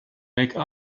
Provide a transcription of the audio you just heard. make